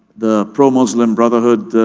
the pro-muslim brotherhood